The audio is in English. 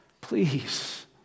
please